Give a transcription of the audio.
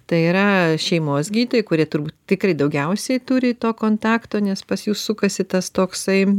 tai yra šeimos gydytojai kurie turbūt tikrai daugiausiai turi to kontakto nes pas jus sukasi tas toksai